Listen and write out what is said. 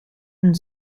een